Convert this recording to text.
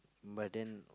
but then